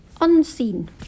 Unseen